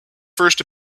first